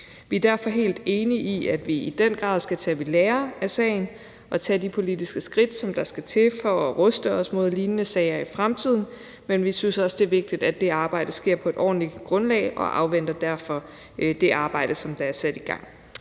Vi er derfor helt enige i, at vi i den grad skal tage ved lære af sagen og tage de politiske skridt, som der skal til for at ruste os mod lignende sager i fremtiden, men vi synes også, det er vigtigt, at det arbejde sker på et ordentligt grundlag, og afventer derfor det arbejde, som er sat i gang.